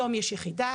היום יש יחידה,